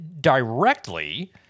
directly